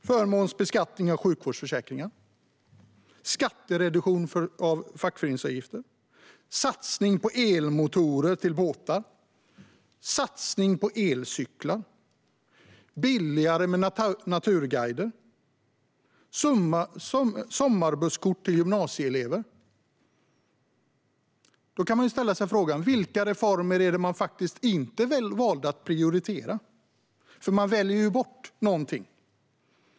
Jo, det är förmånsbeskattning av sjukvårdsförsäkringar skattereduktion av fackföreningsavgifter satsning på elmotorer till båtar satsning på elcyklar billigare med naturguider sommarbusskort till gymnasieelever. Vilka reformer valde man då att inte prioritera? Man måste ju välja bort någonting.